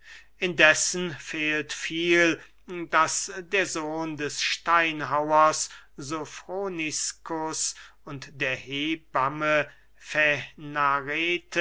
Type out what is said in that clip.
indessen fehlt viel daß der sohn des steinhauers sofroniskus und der hebamme